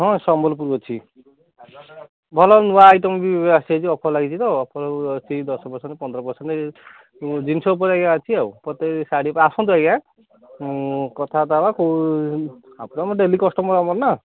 ହଁ ସମ୍ବଲପୁରୀ ଅଛି ଭଲ ନୂଆ ଆଇଟମ୍ ବି ଆସିଯାଇଛି ଅଫର୍ ଲାଗିଛି ତ ସେଇ ଦଶ ପରସେଣ୍ଟ ପନ୍ଦର ପରସେଣ୍ଟ ଜିନିଷ ଉପରେ ଆଜ୍ଞା ଅଛି ଆଉ ତଥାପି ଶାଢ଼ୀ ଟା ଆସନ୍ତୁ ଆଜ୍ଞା କଥାବର୍ତ୍ତା ହେବା ସବୁ ଆପଣ ଡେଲି କଷ୍ଟମର୍ ଆମର ନା